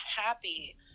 happy